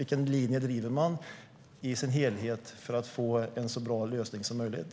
Vilken linje driver regeringen i sin helhet för att få en så bra lösning som möjligt?